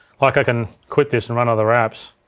like, i can quit this and run other apps.